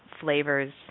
flavors